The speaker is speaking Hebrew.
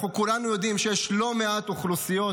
כולנו יודעים שיש לא מעט אוכלוסיות